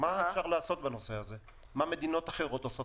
מה אפשר לעשות בנושא הזה, מה מדינות אחרות עושות